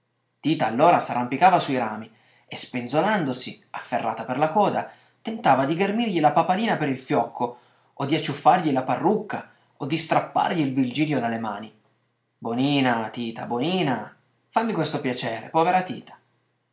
allora s'arrampicava sui rami e spenzolandosi afferrata per la coda tentava di ghermirgli la papalina per il fiocco o di acciuffargli la parrucca o di strappargli il virgilio dalle mani bonina tita bonina fammi questo piacere povera tita